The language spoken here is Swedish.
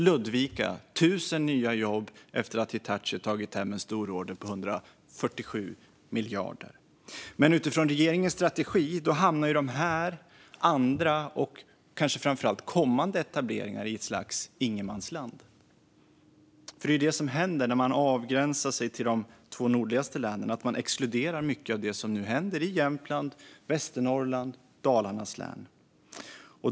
I Ludvika blir det 1 000 nya jobb efter att Hitachi tagit hem en stororder på 147 miljarder. Utifrån regeringens strategi hamnar dessa, andra och - kanske framför allt - kommande etableringar dock i ett slags ingenmansland. Det är ju det som händer när man avgränsar sig till de två nordligaste länen - man exkluderar mycket av det som nu händer i Jämtlands, Västernorrlands och Dalarnas län.